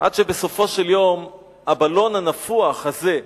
עד שבסופו של יום הבלון הנפוח הזה,